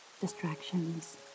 distractions